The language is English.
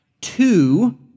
two